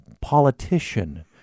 politician